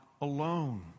alone